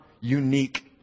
unique